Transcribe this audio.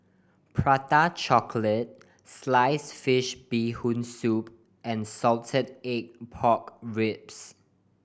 Prata Chocolate slice fish Bee Hoon Soup and salted egg pork ribs